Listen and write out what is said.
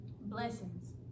blessings